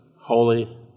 holy